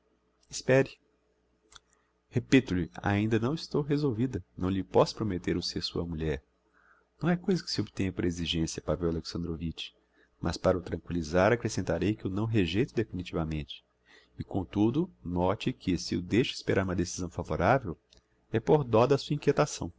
espere repito lhe ainda não estou resolvida não lhe posso prometter o ser sua mulher não é coisa que se obtenha por exigencia pavel alexandrovitch mas para o tranquillizar accrescentarei que o não rejeito definitivamente e comtudo note que se o deixo esperar uma decisão favoravel é por dó da sua inquietação